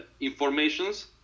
informations